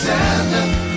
Santa